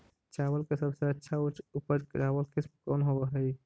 चावल के सबसे अच्छा उच्च उपज चावल किस्म कौन होव हई?